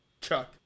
Chuck